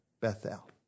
Bethel